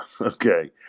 okay